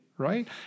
Right